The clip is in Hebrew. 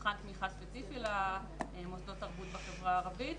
מבחן תמיכה ספציפי למוסדות תרבות בחברה הערבית,